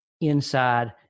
inside